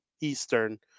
eastern